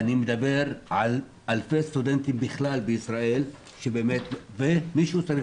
אני מדבר על אלפי סטודנטים בכלל בישראל ומישהו צריך